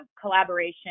collaboration